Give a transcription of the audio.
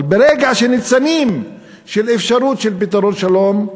אבל ברגע של ניצנים של אפשרות של פתרון שלום,